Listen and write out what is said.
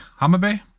Hamabe